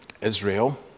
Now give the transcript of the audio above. Israel